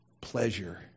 pleasure